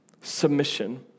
submission